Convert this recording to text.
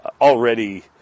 already